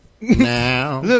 Now